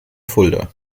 fulda